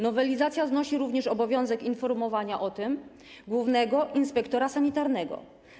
Nowelizacja znosi również obowiązek informowania o tym głównego inspektora sanitarnego.